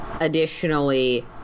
additionally